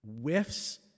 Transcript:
whiffs